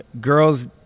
girls